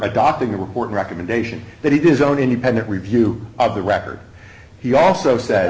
adopting a report recommendation that he does own independent review of the record he also sa